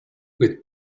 with